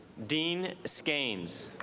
dean skeins